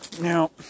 Now